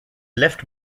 left